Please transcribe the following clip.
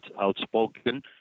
outspoken